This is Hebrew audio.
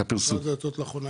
לאחרונה